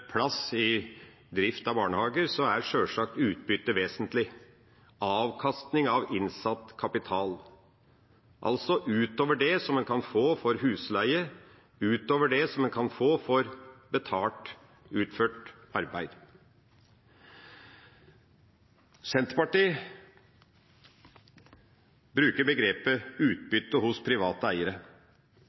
plass i drift av barnehager, er sjølsagt utbytte vesentlig – avkastning av innsatt kapital – altså utover det en kan få for husleie, utover det en kan få for betalt utført arbeid. Senterpartiet bruker begrepet utbytte hos private eiere.